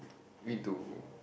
need to